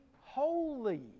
holy